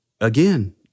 again